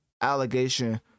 allegation